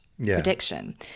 prediction